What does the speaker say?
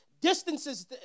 distances